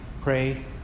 pray